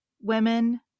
women